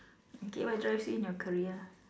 okay what drives in your career